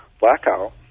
blackout